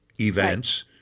events